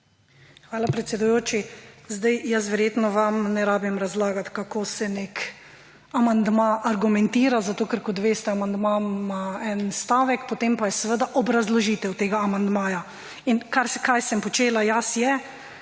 Hvala, predsedujoči. Meni verjetno ni treba vam razlagati, kako se nek amandma argumentira, zato ker, kot veste, amandma ima en stavek. Potem pa je seveda obrazložitev tega amandmaja. In kar sem počela jaz, je,